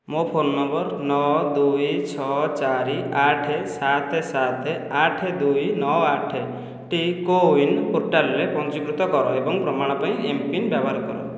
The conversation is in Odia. ମୋ ଫୋନ ନମ୍ବର ନଅ ଦୁଇ ଛଅ ଚାରି ଆଠ ସାତ ସାତ ଆଠ ଦୁଇ ନଅ ଆଠଟି କୋୱିନ୍ ପୋର୍ଟାଲ୍ରେ ପଞ୍ଜୀକୃତ କର ଏବଂ ପ୍ରମାଣ ପାଇଁ ଏମ୍ ପିନ୍ ବ୍ୟବହାର କର